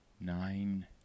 nine